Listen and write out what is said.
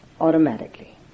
automatically